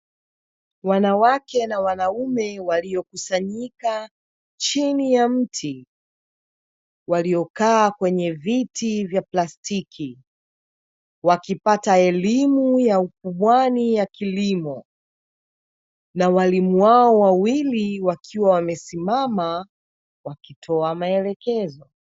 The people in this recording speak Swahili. Wanawake na wanaume waliokusanyika chini ya mti, waliokaa kwenye viti vya plastiki, wakipata elimu ya ya ukubwani ya kilimo na walimu wao wawili wakiwa wamesimama wakitoa maelekezo.